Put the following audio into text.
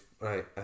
right